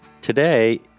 today